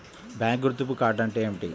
Bank గుర్తింపు card అంటే ఏమిటి?